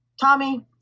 Tommy